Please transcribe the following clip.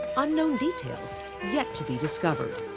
unknown details yet to be discovered.